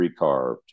recarved